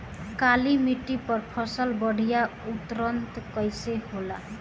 काली मिट्टी पर फसल बढ़िया उन्नत कैसे होला?